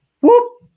whoop